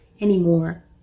anymore